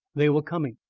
they were coming.